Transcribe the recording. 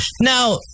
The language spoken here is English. Now